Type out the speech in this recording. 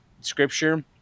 scripture